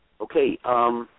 Okay